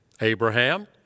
Abraham